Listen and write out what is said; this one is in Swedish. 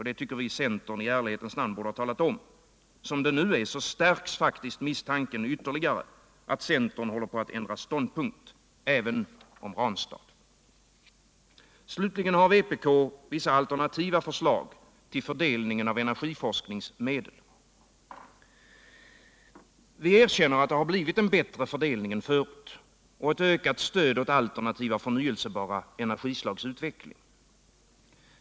Det tycker vi att centern i ärlighetens namn borde ha talat om, Som det nu är stärks faktiskt misstanken ytterligare att centern håller på att ändra ståndpunkt även i fråga om Ranstad. ningsmedel. Vi erkänner att det har blivit en bättre fördelning än förut och att stödet för alternativa och förnyelsebara energistags utveckling utökats.